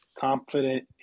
confident